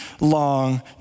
long